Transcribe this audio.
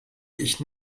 ich